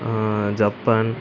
Japan